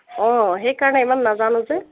অঁ সেইকাৰণে ইমান নাজানো যে